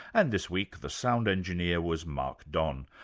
and this week the sound engineer was mark don.